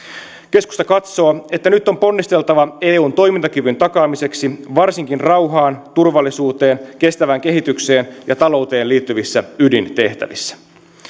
keskusta katsoo että nyt on ponnisteltava eun toimintakyvyn takaamiseksi varsinkin rauhaan turvallisuuteen kestävään kehitykseen ja talouteen liittyvissä ydintehtävissä